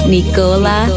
Nicola